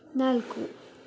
ನಾಲ್ಕು